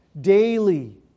daily